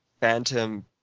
phantom